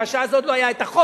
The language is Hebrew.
מפני שאז עוד לא היה החוק,